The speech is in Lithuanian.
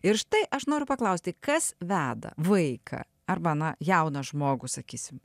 ir štai aš noriu paklausti kas veda vaiką arba na jauną žmogų sakysim